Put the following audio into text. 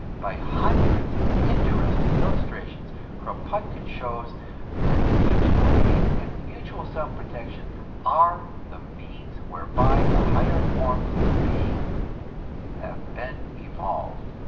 by hundreds of interesting illustrations kropotkin shows that mutual aid and mutual self-protection are the means whereby the higher forms of being have been evolved.